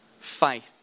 faith